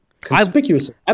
Conspicuously